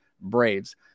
Braves